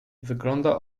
wygląda